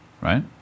right